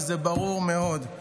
וזה ברור מאוד,